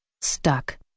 Stuck